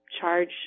charge